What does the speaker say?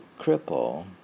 cripple